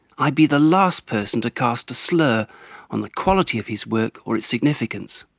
i'd be the last person to cast a slur on the quality of his work or its significance.